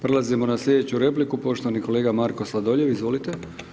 Prelazimo na sljedeću repliku, poštovani kolega Marko Sladoljev, izvolite.